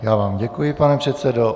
Já vám děkuji, pane předsedo.